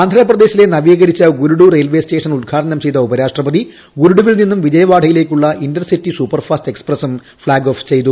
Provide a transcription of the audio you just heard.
ആന്ധ്രാപ്രദേശിലെ നവീകരിച്ച Gudur railway station ഉദ്ഘാടനം ചെയ്ത ഉപരാഷ്ട്രപതി ഗുഡുരുവിൽ നിന്നും വിജയവാഡയിലേയ്ക്കുള്ള ഇന്റർസിറ്റി സൂപ്പർഫാസ്റ്റ് എക്സ്പ്രസും ഫ്ളാഗ് ഓഫ് ചെയ്തു